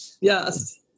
yes